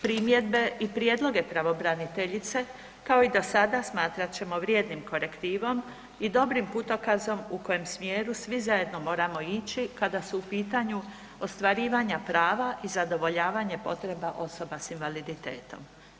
Primjedbe i prijedloge pravobraniteljice kao i do sada smatrat ćemo vrijednim korektivom i dobrim putokazom u kojem smjeru svi zajedno moramo ići kada su u pitanju ostvarivanje prava i zadovoljavanje potreba osoba s invaliditetom.